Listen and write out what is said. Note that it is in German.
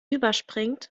überspringt